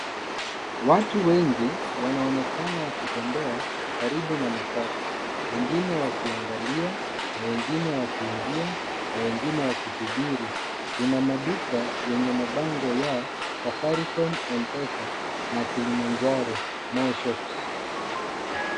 Watu wengi wanaonekana waki tembea karibu na [matatu, wengine wakianaglia, wengine waki ingia na wengine wakisubiri, kuna maduka yenye mabango ya Safaricom Mpesa na Kilimanjaro Moreshops.